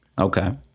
Okay